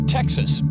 Texas